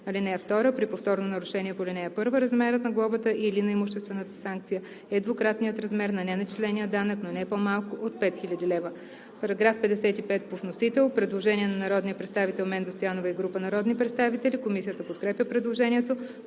лв. (2) При повторно нарушение по ал. 1 размерът на глобата или на имуществената санкция е двукратният размер на неначисления данък, но не по-малко от 5000 лв.“ По § 55 има предложение на народния представител Менда Стоянова и група народни представители. Комисията подкрепя предложението.